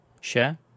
share